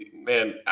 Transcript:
Man